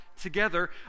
together